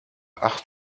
acht